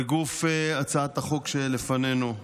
לגוף הצעת החוק שלפנינו,